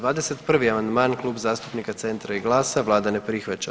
21. amandman Klub zastupnika Centra i GLAS-a, vlada ne prihvaća.